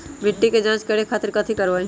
मिट्टी के जाँच करे खातिर कैथी करवाई?